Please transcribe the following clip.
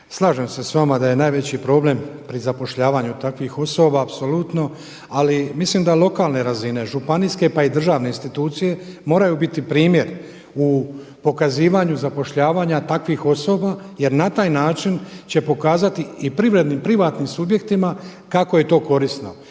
slažem se s vama da je najveći problem pri zapošljavanju takvih osoba apsolutno ali mislim da lokalne razine, županijske pa i državne institucije moraju biti primjer u pokazivanju zapošljavanja takvih osoba jer na taj način će pokazati i privatnim subjektima kako je to korisno.